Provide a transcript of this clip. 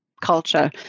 culture